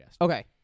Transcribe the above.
Okay